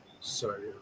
sorry